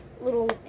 little